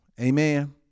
Amen